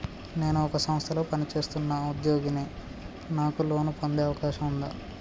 నేను ఒక సంస్థలో పనిచేస్తున్న ఉద్యోగిని నాకు లోను పొందే అవకాశం ఉందా?